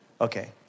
Okay